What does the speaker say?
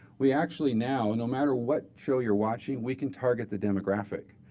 we actually now, no matter what show you're watching, we can target the demographic.